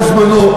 בזמנו,